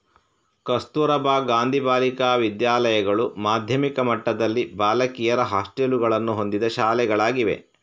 ಕಸ್ತೂರಬಾ ಗಾಂಧಿ ಬಾಲಿಕಾ ವಿದ್ಯಾಲಯಗಳು ಮಾಧ್ಯಮಿಕ ಮಟ್ಟದಲ್ಲಿ ಬಾಲಕಿಯರ ಹಾಸ್ಟೆಲುಗಳನ್ನು ಹೊಂದಿದ ಶಾಲೆಗಳಾಗಿವೆ